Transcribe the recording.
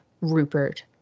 Rupert